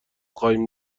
خواهیم